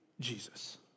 Jesus